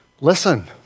listen